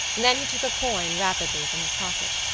then he took a coin rapidly from his pocket.